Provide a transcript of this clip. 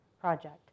Project